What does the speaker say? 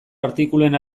artikuluen